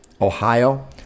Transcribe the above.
Ohio